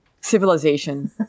civilization